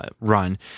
run